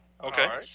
okay